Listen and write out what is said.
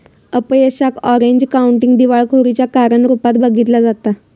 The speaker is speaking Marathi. अपयशाक ऑरेंज काउंटी दिवाळखोरीच्या कारण रूपात बघितला जाता